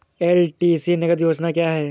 LTC नगद योजना क्या है?